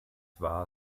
war